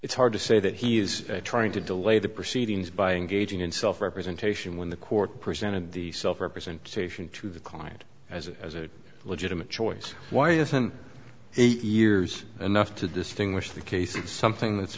it's hard to say that he is trying to delay the proceedings by engaging in self representation when the court presented the self representation to the client as a legitimate choice why isn't it yours enough to distinguish the case it's something that's